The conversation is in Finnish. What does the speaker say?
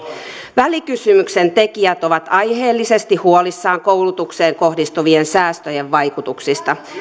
välikysymyksen tekijät ovat aiheellisesti huolissaan koulutukseen kohdistuvien säästöjen vaikutuksista